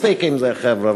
מספיק עם זה, חבר'ה.